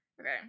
Okay